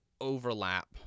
overlap